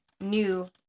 new